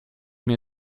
mir